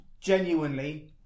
Genuinely